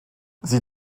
sie